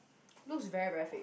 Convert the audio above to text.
looks very very fake